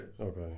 okay